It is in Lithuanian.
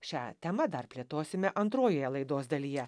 šią temą dar plėtosime antrojoje laidos dalyje